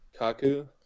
Kaku